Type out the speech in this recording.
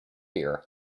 here